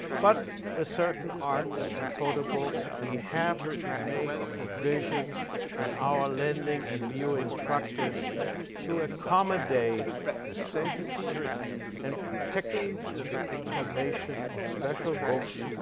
but with certain art and photo books, we have to make provisions in our lending and viewing practice to accommodate the safety and protection and the information of special books,